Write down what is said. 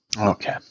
Okay